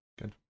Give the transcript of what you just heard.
Good